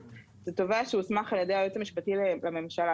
זה תובע שהוסמך על ידי היועץ המשפטי לממשלה.